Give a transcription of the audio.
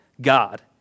God